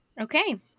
Okay